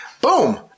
Boom